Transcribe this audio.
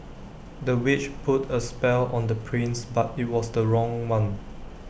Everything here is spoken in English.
the witch put A spell on the prince but IT was the wrong one